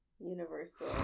Universal